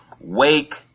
wake